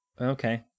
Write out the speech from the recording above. Okay